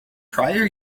prior